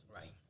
Right